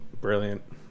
brilliant